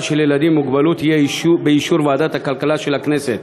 של ילדים עם מוגבלות יהיו באישור ועדת הכלכלה של הכנסת.